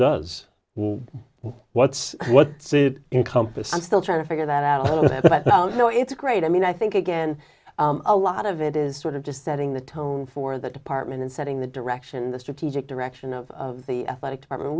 and what's what compass i'm still trying to figure that out a little bit but no it's great i mean i think again a lot of it is sort of just setting the tone for the department and setting the direction the strategic direction of the aesthetic department